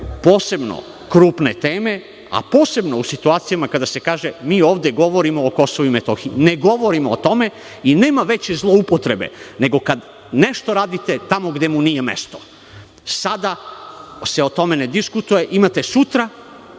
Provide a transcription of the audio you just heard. posebno krupne teme, a posebno u situacijama kada se kaže – mi ovde govorimo o Kosovu i Metohiji. Ne govorimo o tome i nema veće zloupotrebe nego kad nešto radite tamo gde mu nije mesto. Sada se o tome ne diskutuje, imate sutra,